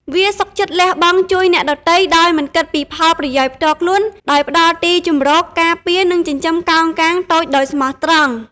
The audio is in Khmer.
វាសុខចិត្តលះបង់ជួយអ្នកដទៃដោយមិនគិតពីផលប្រយោជន៍ផ្ទាល់ខ្លួន ដោយផ្តល់ទីជម្រក ការពារ និងចិញ្ចឹមកោងកាងតូចដោយស្មោះត្រង់។